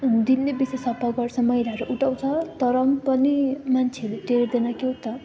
दिनैपिछे सफा गर्छ मैलाहरू उठाउँछ तर पनि मान्छेहरूले टेर्दैन के हो त